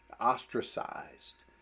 ostracized